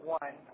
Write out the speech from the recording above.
one